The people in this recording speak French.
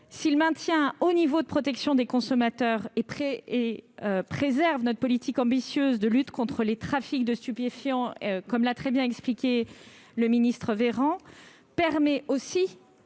maintient un haut niveau de protection des consommateurs et préserve notre politique ambitieuse de lutte contre les trafics de stupéfiants, comme l'a très bien expliqué M. Véran, il permet